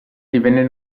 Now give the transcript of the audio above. divenne